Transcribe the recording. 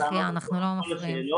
אחיה אנחנו לא מפריעים.